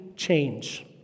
change